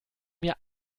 mir